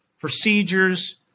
procedures